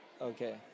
Okay